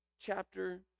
chapter